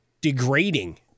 degrading